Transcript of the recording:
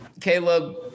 Caleb